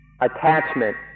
attachment